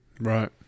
Right